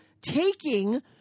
taking